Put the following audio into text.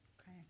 Okay